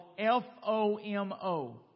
FOMO